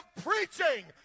preaching